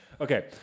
Okay